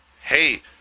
Hey